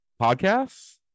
podcasts